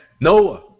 Noah